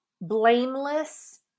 blameless